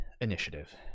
initiative